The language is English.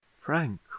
frank